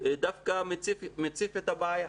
דווקא מציף את הבעיה.